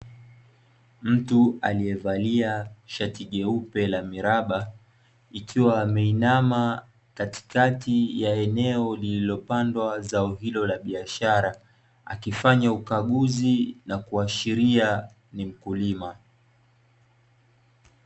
Mtu aliyevalia shati jeupe la miraba, ikiwa ameinama katikati ya eneo lililopandwa zao hilo la biashara, akifanya ukaguzi na kuashiria ni mkulima.